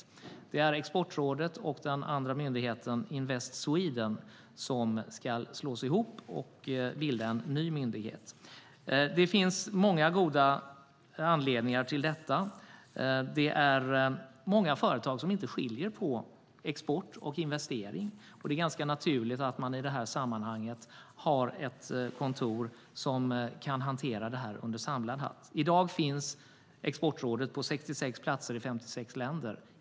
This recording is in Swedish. Myndigheterna Exportrådet och Invest Sweden ska slås ihop och bilda en ny myndighet. Det finns goda anledningar till det. Många företag skiljer inte på export och investering, och därför är det ganska naturligt att i det sammanhanget ha ett kontor som kan hantera frågorna under samlad hatt. I dag finns Exportrådet på 66 platser i 56 länder.